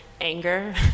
anger